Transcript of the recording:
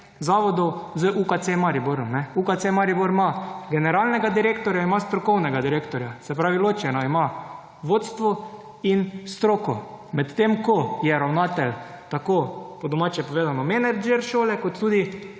zavodov z UKC Mariborom. UKC Maribor ima generalnega direktorja, ima strokovnega direktorja. Se pravi, ločeno ima vodstvo in stroko. Med tem ko je ravnatelj tako, po domače povedano, menedžer šole kot tudi